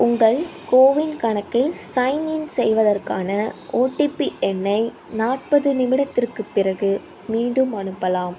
உங்கள் கோவின் கணக்கில் சைன்இன் செய்வதற்கான ஓடிபி எண்ணை நாற்பது நிமிடத்துக்குப் பிறகு மீண்டும் அனுப்பலாம்